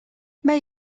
may